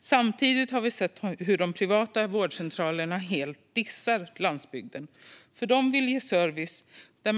Samtidigt har vi sett hur de privata vårdcentralerna helt dissar landsbygden, eftersom de vill ge service där